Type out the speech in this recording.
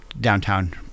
downtown